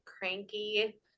cranky